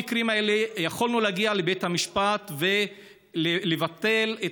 במקרים האלה יכולנו להגיע לבית המשפט ולבטל את